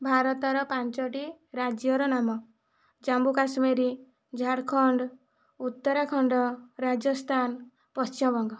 ଭାରତର ପାଞ୍ଚୋଟି ରାଜ୍ୟର ନାମ ଜମ୍ମୁକାଶ୍ମୀର ଝାରଖଣ୍ଡ ଉତ୍ତରାଖଣ୍ଡ ରାଜସ୍ଥାନ ପଶ୍ଚିମବଙ୍ଗ